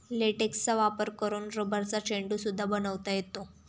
लेटेक्सचा वापर करून रबरचा चेंडू सुद्धा बनवता येतो